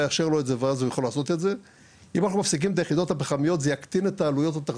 ואולי יש כאלה שיגידו שקצת אחרי כי הם רוצים לבדוק